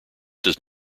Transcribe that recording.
does